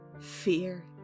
Fear